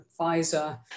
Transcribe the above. Pfizer